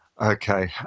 Okay